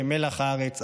שהם מלח הארץ,